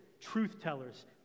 truth-tellers